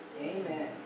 Amen